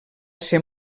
ser